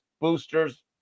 boosters